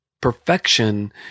perfection